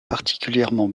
particulièrement